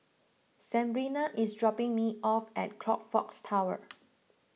Sebrina is dropping me off at Crockfords Tower